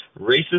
racist